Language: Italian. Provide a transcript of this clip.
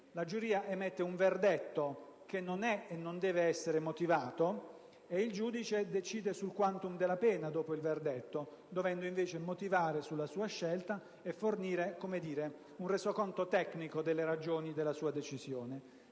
La giuria emette un verdetto, che non è e non deve essere motivato, e il giudice decide sul *quantum* della pena, dopo il verdetto, dovendo invece motivare la sua scelta e fornire un resoconto tecnico delle ragioni della sua decisione.